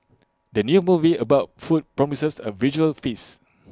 the new movie about food promises A visual feast